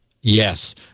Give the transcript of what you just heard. Yes